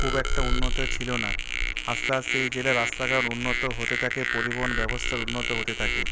খুব একটা উন্নত ছিল না আস্তে আস্তে এই জেলার রাস্তাঘাট উন্নত হতে থাকে পরিবহন ব্যবস্থা উন্নত হতে থাকে